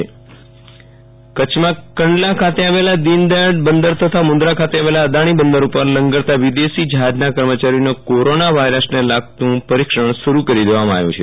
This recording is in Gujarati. વિરલ રાણા કોરોના વાયરસ કચ્છમાં કંડલા ખાતે આવેલ દિનદયાલ બંદર તથા મુન્દ્રા ખાતે આવેલ અદાણી બંદર ઉપર લંગરતા વિદેશી જહાજના કર્મયારીઓનું કોરોના વાયરસને લાગતું પ્રદીક્ષણ શરૂ કરી દેવામાં આવ્યુ છે